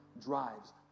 drives